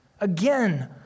Again